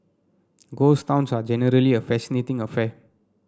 ghost towns are generally a fascinating affair